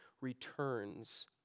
returns